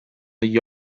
gli